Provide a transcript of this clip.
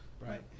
Right